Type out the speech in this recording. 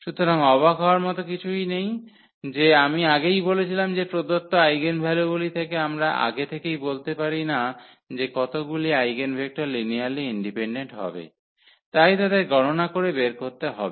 সুতরাং অবাক হওয়ার মতো কিছু নেই যে আমি আগেই বলেছিলাম যে প্রদত্ত আইগেনভ্যালুগুলি থেকে আমরা আগে থেকেই বলতে পারি না যে কতগুলি আইগেনভেক্টর লিনিয়ারলি ইন্ডিপেন্ডেন্ট হবে তাই তাদের গণনা করে বের করতে হবে